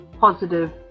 positive